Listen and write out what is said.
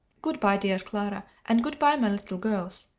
good-by, dear clara and good-by, my little girls.